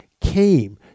came